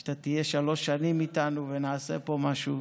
שאתה תהיה שלוש שנים איתנו ונעשה פה משהו.